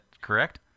correct